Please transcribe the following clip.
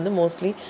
mostly